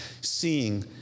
seeing